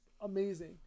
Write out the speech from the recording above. amazing